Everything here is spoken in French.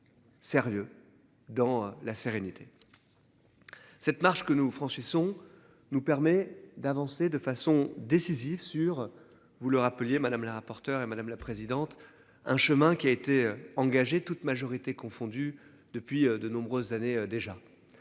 Sérieux dans la sérénité. Cette marche que nous franchissons, nous permet d'avancer de façon décisive sur vous le rappeliez, madame la rapporteure et madame la présidente, un chemin qui a été engagé toutes majorités confondues depuis de nombreuses années déjà.